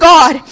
God